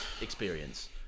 experience